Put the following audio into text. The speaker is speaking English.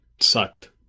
sucked